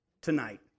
tonight